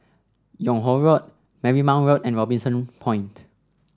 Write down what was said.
Yung Ho Road Marymount Road and Robinson Point